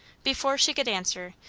before she could answer,